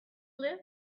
live